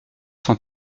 cent